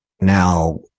Now